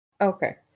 Okay